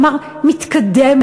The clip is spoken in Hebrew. הוא אמר: מתקדמת.